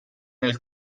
nel